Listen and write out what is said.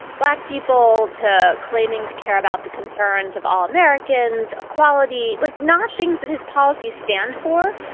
black people, to claiming to care about the concerns of all americans, equality, like not things that his policies stand for.